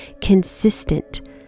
consistent